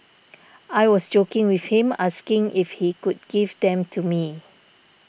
I was joking with him asking if he could give them to me